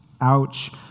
ouch